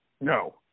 No